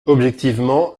objectivement